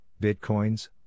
bitcoins